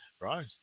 Right